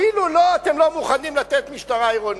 אפילו לו אתם לא מוכנים לתת משטרה עירונית.